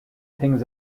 things